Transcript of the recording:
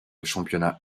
championnats